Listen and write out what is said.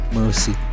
mercy